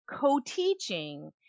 Co-teaching